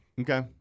Okay